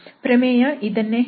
ಪ್ರಮೇಯ ಇದನ್ನೇ ಹೇಳುತ್ತದೆ